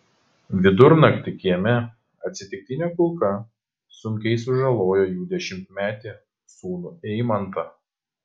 vidurnaktį kieme atsitiktinė kulka sunkiai sužalojo jų dešimtmetį sūnų eimantą